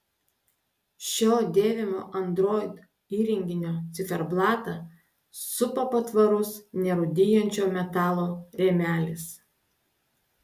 šio dėvimo android įrenginio ciferblatą supa patvarus nerūdijančio metalo rėmelis